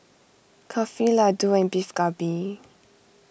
Kulfi Ladoo and Beef Galbi